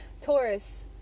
Taurus